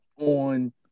on